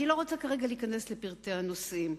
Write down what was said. אני לא רוצה כרגע להיכנס לפרטי הנושאים,